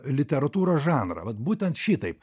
literatūros žanrą vat būtent šitaip